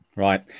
Right